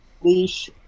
Leash